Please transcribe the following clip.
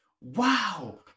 wow